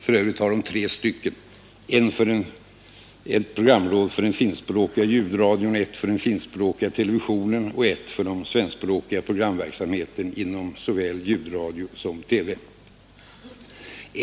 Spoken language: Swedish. För övrigt har man tre stycken, ett för den finskspråkiga ljudradion, ett för den finskspråkiga televisionen och ett för den svenskspråkiga programverksamheten inom såväl ljudradion som TV.